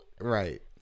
Right